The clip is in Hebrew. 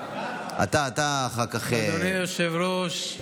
אדוני היושב-ראש,